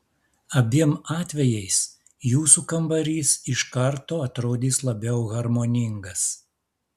abiem atvejais jūsų kambarys iš karto atrodys labiau harmoningas